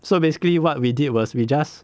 so basically what we did was we just